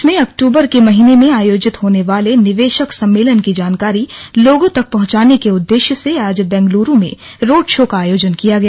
प्रदेश में अक्टूबर के महीने में आयोजित होने वाले निवेशक सम्मेलन की जानकारी लोगों तक पहुंचाने के उद्देश्य से आज बेंगलुरू में रोड शो का आयोजन किया गया